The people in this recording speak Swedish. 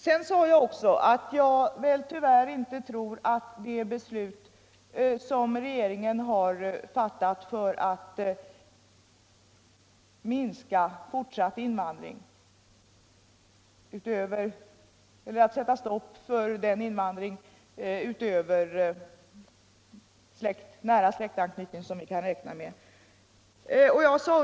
För det tredje sade jag att jag tyvärr inte tror att det beslut som regeringen fattat för att sätta stopp för vidare invandring utöver sådana som har nära släktanknytning kommer att bli särskilt effektivt.